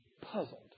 puzzled